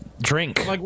drink